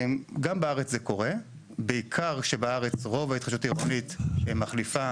גם בארץ זה קורה בעיקר כשבארץ רוב ההתחדשות העירונית מחליפה